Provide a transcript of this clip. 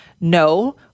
No